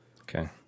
Okay